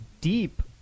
deep